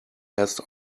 erst